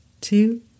two